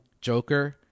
Joker